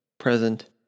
present